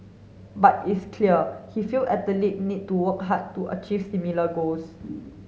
but it's clear he feels athlete need to work hard to achieve similar goals